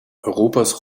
europas